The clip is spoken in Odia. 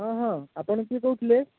ହଁ ହଁ ଆପଣ କିଏ କହୁଥିଲେ